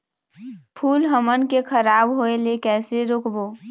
फूल हमन के खराब होए ले कैसे रोकबो?